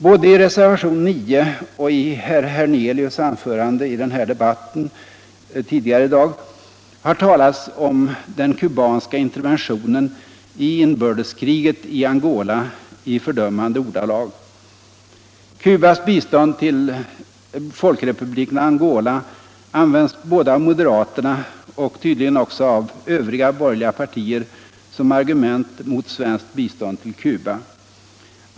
Både i reservationen 9 och i herr Hernelius anförande i den här debatten tidigare i dag har talats om ”den kubanska interventionen” i ”inbördeskriget i Angola” i fördömande ordalag. Cubas bistånd till Folkrepubliken Angola används av moderaterna och tydligen också av övriga borgerliga partier som argument mot svenski bistånd till Cuba.